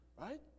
Right